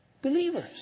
believers